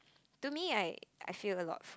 to me right I feel a lot